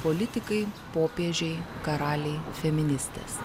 politikai popiežiai karaliai feministės